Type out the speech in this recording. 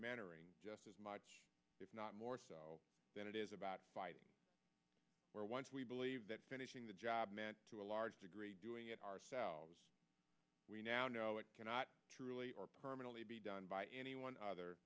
mentoring just as much if not more so than it is about where once we believe that finishing the job meant to a large degree doing it ourselves we now know it cannot truly or permanently be done by anyone other